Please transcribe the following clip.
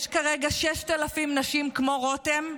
יש כרגע 6,000 נשים כמו רותם,